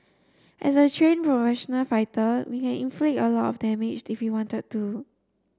as a trained professional fighter we can inflict a lot of damage if we wanted to